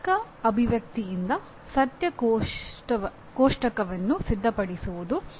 ತರ್ಕ ಅಭಿವ್ಯಕ್ತಿಯಿಂದ ಸತ್ಯ ಕೋಷ್ಟಕವನ್ನು ಸಿದ್ಧಪಡಿಸುವುದು